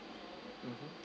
mmhmm